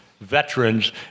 veterans